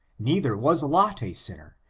neither was lot a sinner,